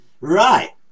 Right